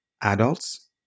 adults